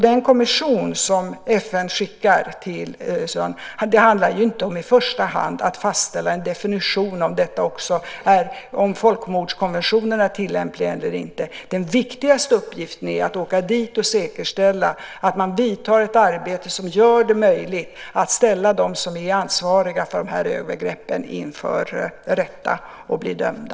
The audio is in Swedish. Den kommission som FN skickar till Sudan handlar inte i första hand om att fastställa om folkmordskonventionen är tillämplig eller inte. Den viktigaste uppgiften är att åka dit och säkerställa ett arbete som gör det möjligt att ställa dem som är ansvariga för de här övergreppen inför rätta och att de blir dömda.